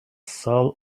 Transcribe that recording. soul